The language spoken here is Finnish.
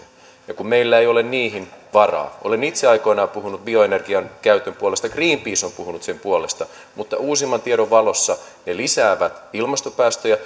ja meillä ei ole niihin varaa olen itse aikoinaan puhunut bioenergian käytön puolesta ja greenpeace on puhunut sen puolesta mutta uusimman tiedon valossa ne lisäävät ilmastopäästöjä